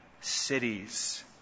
cities